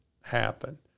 happen